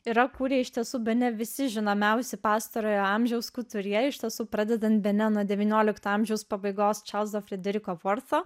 yra kūrę iš tiesų bene visi žinomiausi pastarojo amžiaus kuturjė iš tiesų pradedant bene nuo devyniolikto amžiaus pabaigos čarlzo frederiko forfo